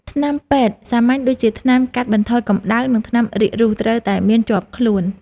ថ្នាំពេទ្យសាមញ្ញដូចជាថ្នាំកាត់បន្ថយកំដៅ និងថ្នាំរាករូសត្រូវតែមានជាប់ខ្លួន។